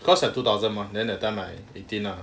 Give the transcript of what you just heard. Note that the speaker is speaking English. cause in two thousand mah then that time I eighteen lah